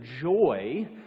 joy